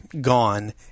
gone